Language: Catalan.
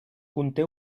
conté